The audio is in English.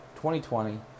2020